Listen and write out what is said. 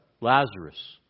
Lazarus